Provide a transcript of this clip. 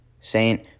Saint